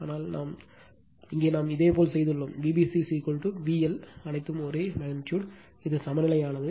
ஆனால் இங்கே நாம் இதேபோல் செய்துள்ளோம் Vbc VL அனைத்தும் ஒரே அளவு இது சமநிலையானது